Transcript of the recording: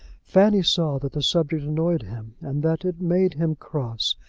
fanny saw that the subject annoyed him and that it made him cross,